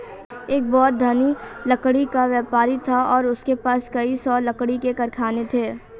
एक बहुत धनी लकड़ी का व्यापारी था और उसके पास कई सौ लकड़ी के कारखाने थे